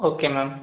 okay ma'am